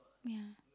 yeah